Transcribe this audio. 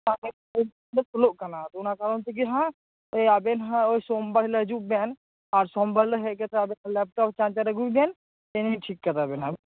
ᱥᱳᱞᱳᱜ ᱠᱟᱱᱟ ᱚᱱᱟ ᱠᱚᱨᱚᱱ ᱛᱮᱜᱤ ᱦᱟᱸᱜ ᱮ ᱟᱵᱮᱱ ᱦᱚᱸ ᱥᱚᱢᱵᱟᱨ ᱦᱤᱞᱚᱜ ᱦᱟᱡᱩᱜ ᱵᱮᱱ ᱟᱨ ᱥᱚᱢᱵᱟᱨ ᱦᱮᱡ ᱠᱟᱛᱮ ᱟᱫᱚ ᱞᱮᱯᱴᱚᱯ ᱪᱟᱨᱡᱟᱨ ᱟᱜᱩᱤᱵᱮᱱ ᱤᱱᱤᱧ ᱴᱷᱤᱠ ᱠᱟᱛᱟᱵᱮᱱᱟ